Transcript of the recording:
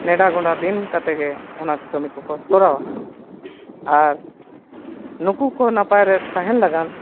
ᱱᱮᱰᱟ ᱜᱳᱰᱟ ᱫᱤᱱ ᱠᱟᱛᱮᱫ ᱜᱮ ᱚᱱᱟ ᱠᱟᱹᱢᱤ ᱠᱚᱠᱚ ᱛᱚᱨᱟᱣᱟ ᱟᱨ ᱱᱩᱠᱩ ᱠᱚ ᱱᱟᱯᱟᱭ ᱨᱮ ᱛᱟᱦᱮᱱ ᱞᱟᱹᱜᱤᱫ